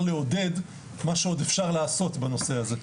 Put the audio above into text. לעודד מה שעוד אפשר לעשות בנושא הזה.